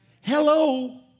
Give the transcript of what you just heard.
Hello